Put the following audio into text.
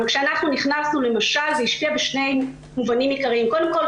אבל כשאנחנו נכנסנו זה השפיע בשני מובנים עיקריים: קודם כל,